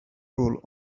rule